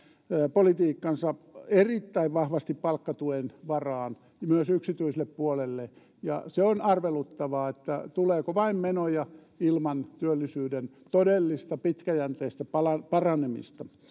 politiikkansa erittäin vahvasti palkkatuen varaan myös yksityiselle puolelle ja se on arveluttavaa tuleeko vain menoja ilman työllisyyden todellista pitkäjänteistä palan paranemista